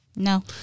No